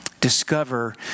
discover